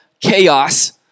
chaos